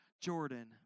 Jordan